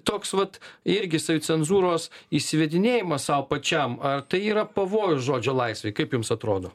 toks vat irgi savicenzūros įsivedinėjimas sau pačiam ar tai yra pavojus žodžio laisvei kaip jums atrodo